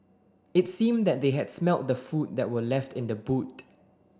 it seemed that they had smelt the food that were left in the boot